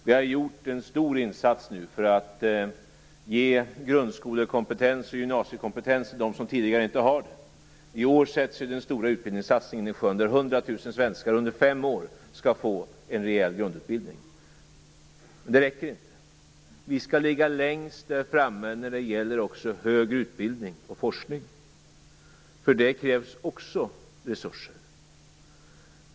Vi har gjort en stor insats för att ge grundskolekompetens och gymnasiekompetens till dem som tidigare inte har det. I år sätts den stora utbildningssatsningen i sjön. 100 000 svenskar skall under fem år få en rejäl grundutbildning. Men det räcker inte. Vi skall ligga längst fram även när det gäller högre utbildning och forskning. För det krävs också resurser.